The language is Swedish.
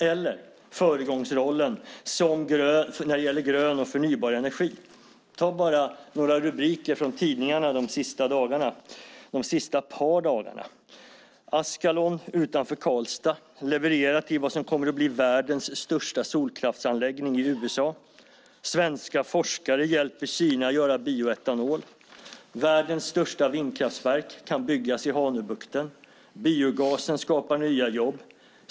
Det handlar också om föregångsrollen när det gäller grön och förnybar energi. Ta bara några rubriker från tidningarna de senaste två tre dagarna: Askalon utanför Karlstad levererar till vad som kommer att bli världens största solkraftsanläggning i USA. Svenska forskare hjälper Kina att göra bioetanol. Världens största vindkraftverk kan byggas i Hanöbukten. Biogasen skapar nya jobb.